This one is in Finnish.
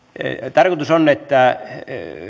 tarkoitus on että